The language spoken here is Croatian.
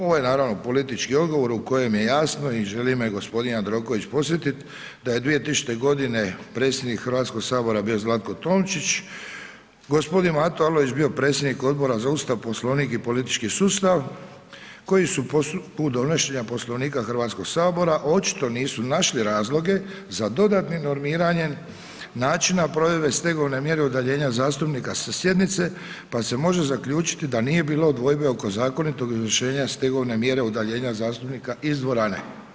Ovo je naravno politički odgovor u kojem je jasno i želi me g. Jandroković podsjetiti da je 2000. predsjednik Hrvatskog sabora bio Zlatko Tomčić, g. Mato Arlović je bio predsjednik Odbora za Ustav, Poslovnik i politički sustav koji su put donošenja Poslovnika Hrvatskog sabora, očito nisu našli razloge za dodatnim normiranjem načina provedbe stegovne mjere udaljenja zastupnika sa sjednice pa se može zaključiti da nije bilo dvojbe oko zakonitog izvršenja stegovne mjere udaljenja zastupnika iz dvorane.